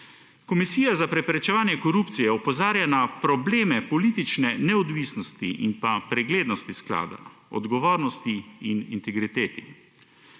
Komisija za preprečevanje korupcije opozarja na probleme politične neodvisnosti in pa preglednosti sklada, odgovornosti in integriteti.